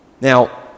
Now